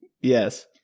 Yes